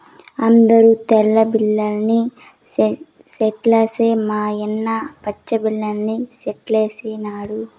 అందరూ తెల్ల లిల్లీ సెట్లేస్తే మా యన్న పచ్చ లిల్లి సెట్లేసినాడు